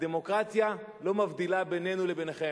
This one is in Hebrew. הדמוקרטיה לא מבדילה בינינו לביניכם.